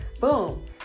boom